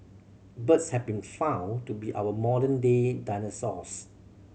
birds have been found to be our modern day dinosaurs